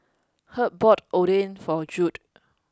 Herb bought Oden for Jude